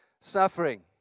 suffering